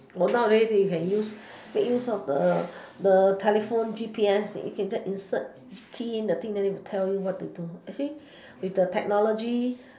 well nowadays you can use make use of the the telephone G_P_S you can just insert key in the thing then they'll tell you what to do actually with the technology